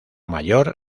mayor